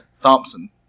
Thompson